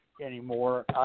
anymore